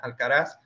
alcaraz